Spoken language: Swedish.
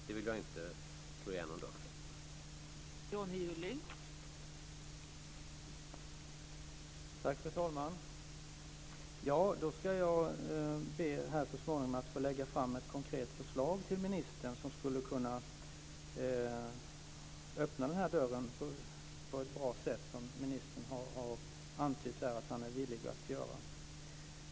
Det vill jag inte slå igen någon dörr för.